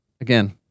again